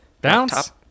Bounce